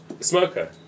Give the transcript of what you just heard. smoker